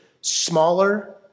smaller